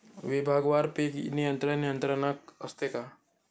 विभागवार पीक नियंत्रण यंत्रणा असते का?